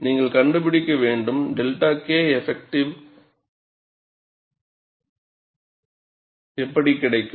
எனவே நீங்கள் கண்டுபிடிக்க வேண்டும் 𝜹 Kஎஃபக்ட்டிவ் கிடைக்கும்